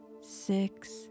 six